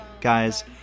guys